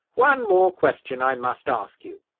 one more question i must ask you.